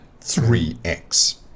3x